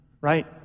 right